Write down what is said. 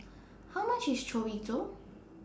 How much IS Chorizo